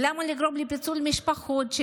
למה לגרום לפיצול משפחות,